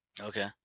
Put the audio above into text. Okay